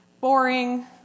boring